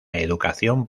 educación